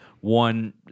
one